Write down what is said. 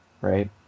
right